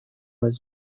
has